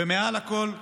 ומעל הכול חינוך,